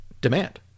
demand